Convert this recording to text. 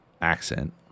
accent